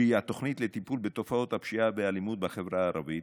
שהיא התוכנית לטיפול בתופעות הפשיעה והאלימות בחברה הערבית,